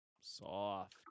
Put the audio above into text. soft